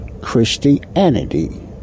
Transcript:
Christianity